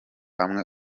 hamwe